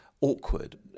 awkward